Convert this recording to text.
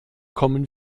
kommen